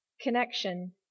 connection